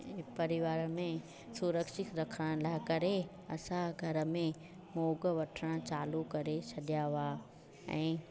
परिवार में सुरक्षित रखण लाइ करे असां घर में मोॻ वठणु चालू करे छॾिया हुआ ऐं